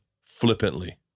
flippantly